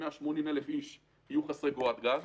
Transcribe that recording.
180,000 איש יהיו חסרי קורת גג.